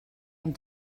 amb